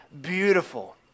beautiful